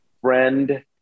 friend